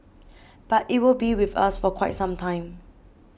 but it will be with us for quite some time